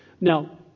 Now